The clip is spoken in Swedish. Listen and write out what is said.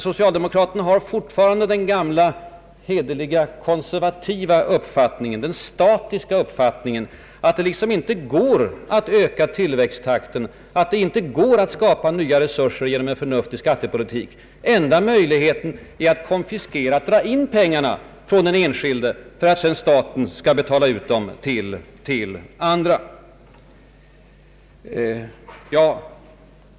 Socialdemokraterna har fortfarande den gamla ”hederliga” statiska uppfattningen att det inte går att öka tillväxttakten och skapa nya resurser genom en förnuftig skattepolitik. Socialdemokraterna anser att den enda möjligheten är att konfiskera och dra in den enskildes pengar för att staten sedan skall kunna betala ut pengarna till andra.